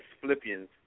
Philippians